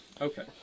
Okay